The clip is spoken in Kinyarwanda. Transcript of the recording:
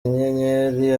inyenyeri